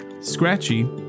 scratchy